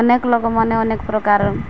ଅନେକ ଲୋକମାନେ ଅନେକ ପ୍ରକାର